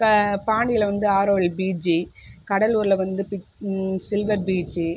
பாண்டியிலே வந்து ஆரோவில் பீச்சு கடலூரிலே வந்து சில்வர் பீச்சு